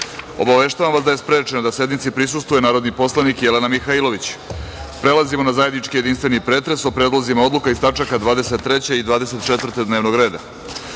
skupštine. Obaveštavam vas da je sprečen da sednici prisustvuje narodni poslanik Jelena Mihailović. Prelazimo na zajednički jedinstveni pretres o predlozima odluka iz tačaka 23. i 24. dnevnog